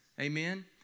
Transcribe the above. Amen